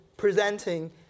Presenting